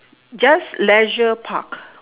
just leisure park